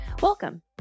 Welcome